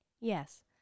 Yes